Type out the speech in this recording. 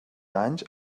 anys